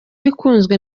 ikunzwe